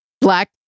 black